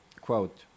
Quote